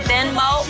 Venmo